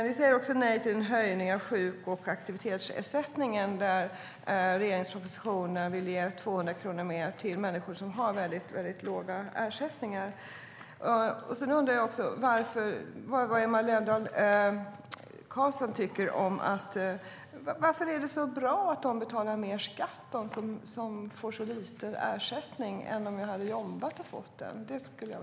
Ni säger även nej till en höjning av sjuk och aktivitetsersättningen. I regeringens proposition föreslås 200 kronor mer till människor med låga ersättningar.